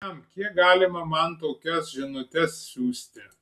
blem kiek galima man tokias žinutes siųsti